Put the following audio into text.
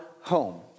home